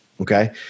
Okay